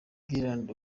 giroud